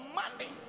money